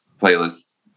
playlists